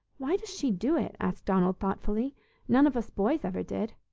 why does she do it? asked donald, thoughtfully none of us boys ever did.